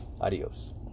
Adios